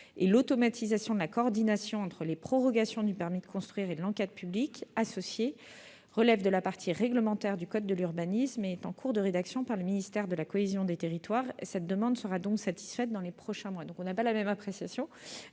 L'automatisation de la coordination entre la prorogation du permis de construire et celle de l'enquête publique associée relève de la partie réglementaire du code de l'urbanisme. Elle est en cours de rédaction par le ministère de la cohésion des territoires. Cette demande sera donc satisfaite dans les prochains mois.